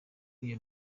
iyo